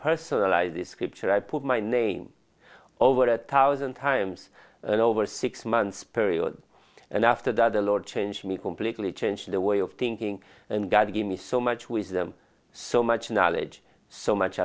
personalized the scripture i put my name over a thousand times over six months period and after that the lord changed me completely changed the way of thinking and god gave me so much wisdom so much knowledge so much